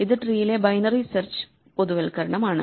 ഇത് ട്രീയിലെ binary search ഒരു പൊതുവൽക്കരണമാണ്